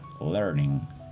learning